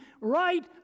right